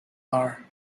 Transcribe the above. are